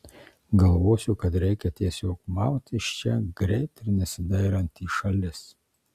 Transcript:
galvosiu kad reikia tiesiog maut iš čia greit ir nesidairant į šalis